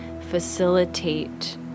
facilitate